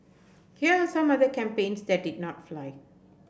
here are some other campaigns that did not fly